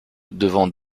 devant